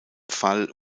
fall